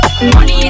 Money